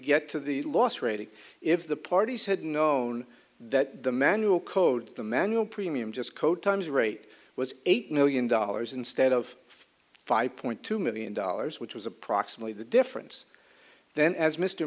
get to the loss rate if the parties hadn't known that the manual code the manual premium just code times rate was eight million dollars instead of five point two million dollars which was approximately the difference then as mr